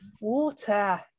water